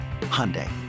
Hyundai